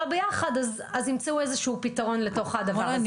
ביחד אז ימצאו איזשהו פיתרון לדבר הזה.